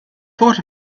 thought